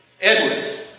Edwards